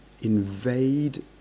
invade